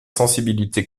sensibilité